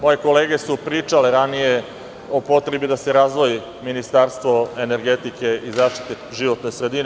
Moje kolege su pričale ranije o potrebi da se razdvoji Ministarstvo energetike i životne sredine.